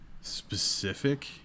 specific